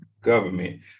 government